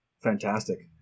fantastic